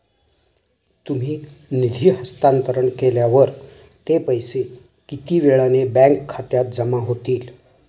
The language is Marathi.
तुम्ही निधी हस्तांतरण केल्यावर ते पैसे किती वेळाने बँक खात्यात जमा होतील?